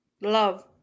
love